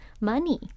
money